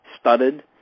studded